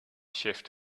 shift